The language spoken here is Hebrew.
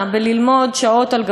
אני באמת מנסה להבין, ולא מצליחה להבין.